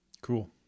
Cool